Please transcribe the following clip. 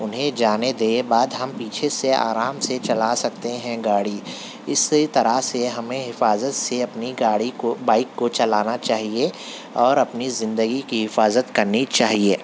اُنہیں جانے دے بعد ہم پیچھے سے آرام سے چلا سکتے ہیں گاڑی اِس سے طرح سے ہمیں حفاظت سے اپنی گاڑی کو بائک کو چلانا چاہیے اور اپنی زندگی کی حفاظت کرنی چاہیے